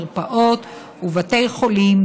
מרפאות ובתי חולים,